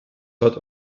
hat